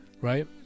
Right